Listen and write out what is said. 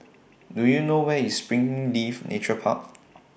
Do YOU know Where IS Springleaf Nature Park